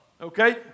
Okay